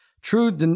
true